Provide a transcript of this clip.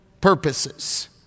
purposes